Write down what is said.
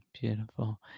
Beautiful